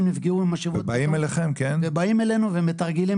נפגעו ממשאבות בטון --- אבל באים אליכם?